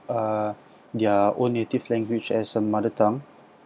uh their own native language as a mother tongue